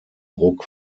ruck